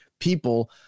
people